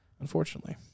unfortunately